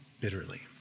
bitterly